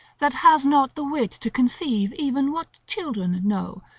that has not the wit to conceive even what children know,